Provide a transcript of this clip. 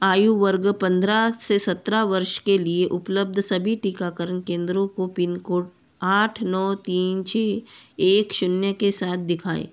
आयु वर्ग पंद्रह से सत्रह वर्ष के लिए उपलब्ध सभी टीकाकरण केंद्रों को पिन कोड आठ नौ तीन छः एक शून्य के साथ दिखाएँ